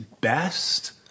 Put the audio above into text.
best